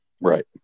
right